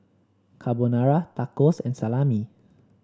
Carbonara Tacos and Salami